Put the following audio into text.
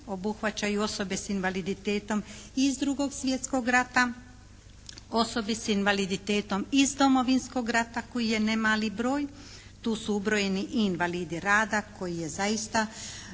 obuhvaćaju osobe s invaliditetom iz 2. svjetskog rata, osobe s invaliditetom iz Domovinskog rata koji je ne mali broj. Tu su ubrojeni i invalidi rada koji je zaista